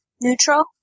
Neutral